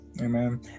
Amen